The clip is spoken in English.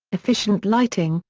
efficient lighting,